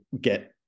get